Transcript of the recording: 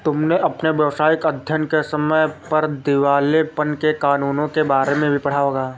तुमने अपने व्यावसायिक अध्ययन के समय पर दिवालेपन के कानूनों के बारे में भी पढ़ा होगा